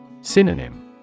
Synonym